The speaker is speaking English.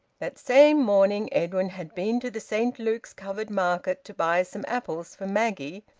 that same morning edwin had been to the saint luke's covered market to buy some apples for maggie,